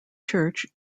church